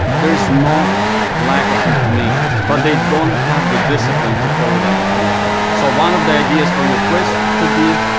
there is no lack of information. but they don't have the discipline to follow that information. so one of the ideas for your quiz could be,